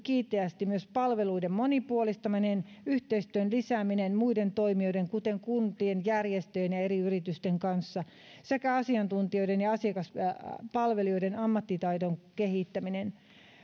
kiinteästi myös palveluiden monipuolistaminen yhteistyön lisääminen muiden toimijoiden kuten kuntien järjestöjen ja eri yritysten kanssa sekä asiantuntijoiden ja asiakaspalvelijoiden ammattitaidon kehittäminen